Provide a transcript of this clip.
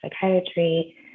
psychiatry